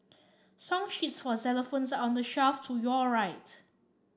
song sheets for xylophones are on the shelf to your right